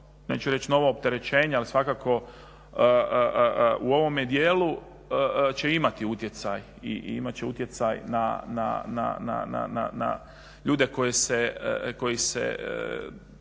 neću reći novo opterećenje ali svako u ovome dijelu će imati utjecaj i imati će utjecaj na ljude koji se